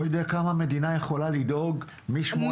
אבל לא יודע כמה מדינה יכולה לדאוג מ-18 והלאה.